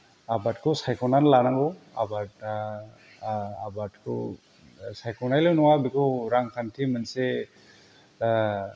आबादखौ सायख'नानै लानांगौ आबादा आबादखौ सायख'नायल' नङा बिखौ रांखान्थि मोनसे